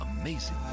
amazing